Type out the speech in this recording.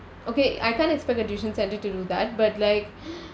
okay I can't expect a tuition centre to do that but like